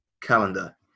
calendar